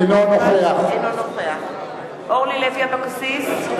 אינו נוכח אורלי לוי אבקסיס,